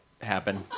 happen